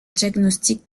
diagnostic